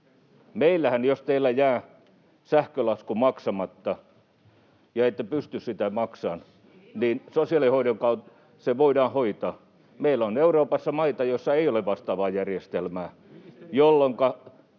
Meillähän, jos teillä jää sähkölasku maksamatta ja ette pysty sitä maksamaan, se voidaan hoitaa sosiaalihuollon kautta. Meillä on Euroopassa maita, joissa ei ole vastaavaa järjestelmää, jolloinka